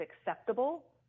acceptable